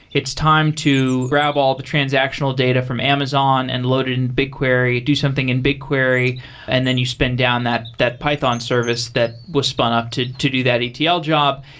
it's time to grab all the transactional data from amazon and load it in bigquery, do something in bigquery and then you spend down that that python service that was spun up to to do that etl job.